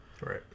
Right